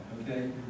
okay